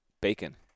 bacon